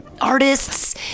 artists